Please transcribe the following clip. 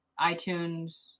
itunes